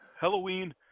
Halloween